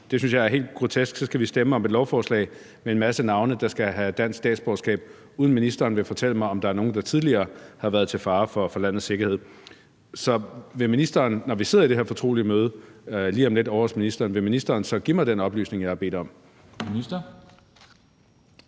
Det synes jeg er helt grotesk. Så vi skal stemme om et lovforslag med en masse navne på nogle, der skal have dansk statsborgerskab, uden at ministeren vil fortælle mig, om der er nogen af dem, der tidligere har været til fare for landets sikkerhed. Så vil ministeren, når vi sidder i det her fortrolige møde lige om lidt ovre hos ministeren, give mig den oplysning, jeg har bedt om?